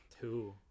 two